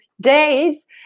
days